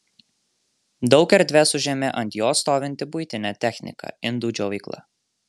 daug erdvės užėmė ant jo stovinti buitinė technika indų džiovykla